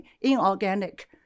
inorganic